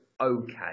okay